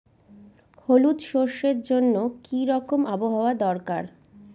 হলুদ সরষে জন্য কি রকম আবহাওয়ার দরকার?